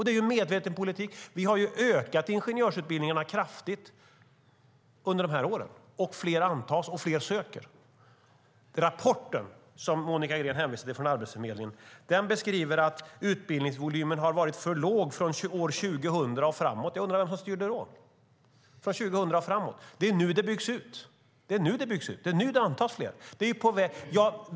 Det är en medveten politik - vi har ökat ingenjörsutbildningarna kraftigt under de här åren. Fler antas, och fler söker. Den rapport från Arbetsförmedlingen Monica Green hänvisar till beskriver att utbildningsvolymen har varit för låg från år 2000 och framåt. Jag undrar vem som styrde då? Det är nu det byggs ut, och det är nu det antas fler.